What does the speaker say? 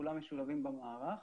שכולם משולבים במערך.